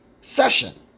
session